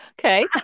Okay